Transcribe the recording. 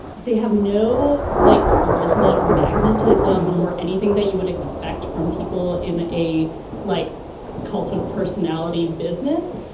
they have no like charisma or magnetism um or anything that you would expect from people in a like cult of personality business.